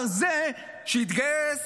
את זה אמר זה שהתגייס